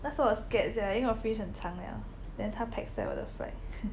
那时候我 scared sia 因为我的 fringe 很长了 then 它 text 在我的 flight